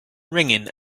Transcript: ringing